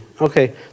Okay